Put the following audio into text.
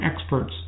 experts